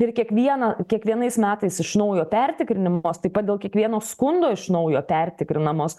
ir kiekvieną kiekvienais metais iš naujo pertikrinimos taip pat dėl kiekvieno skundo iš naujo pertikrinamos